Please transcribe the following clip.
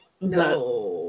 No